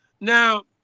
Now